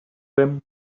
them